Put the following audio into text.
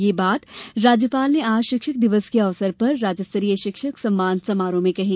यह बात राज्यपाल ने आज शिक्षक दिवस के अवसर पर राज्यस्तरीय शिक्षक सम्मान समारोह में कही